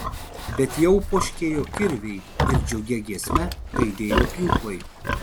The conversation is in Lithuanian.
bet jau poškėjo kirviai ir džiugia giesme aidėjo pjūklai